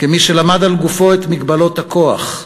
כמי שלמד על גופו את מגבלות הכוח,